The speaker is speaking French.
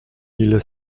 mille